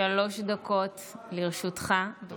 שלוש דקות לרשותך, בבקשה.